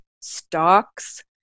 stocks